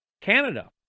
Canada